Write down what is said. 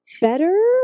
better